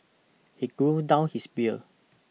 he grown down his beer